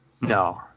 No